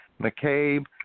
McCabe